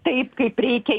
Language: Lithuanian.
taip kaip reikia